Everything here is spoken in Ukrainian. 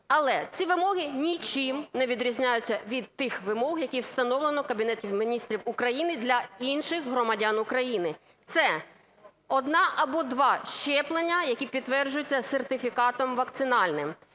Але ці вимоги нічим не відрізняються від тих вимог, які встановлені Кабінетом Міністрів України для інших громадян України. Це одне або два щеплення, які підтверджуються сертифікатом вакцинальним.